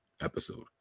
episode